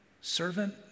servant